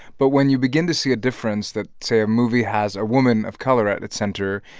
but when you begin to see a difference that, say, a movie has a woman of color at its center,